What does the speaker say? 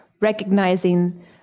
recognizing